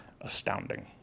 astounding